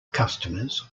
customers